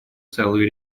целые